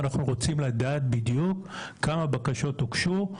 אנחנו רוצים לדעת בדיוק כמה בקשות הוגשו,